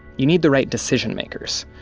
you need the right decision-makers.